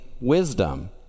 wisdom